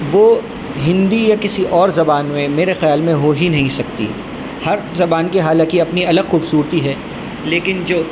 وہ ہندی یا کسی اور زبان میں میرے خیال میں ہو ہی نہیں سکتی ہر زبان کی حالانکہ اپنی الگ خوبصورتی ہے لیکن جو